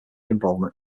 involvement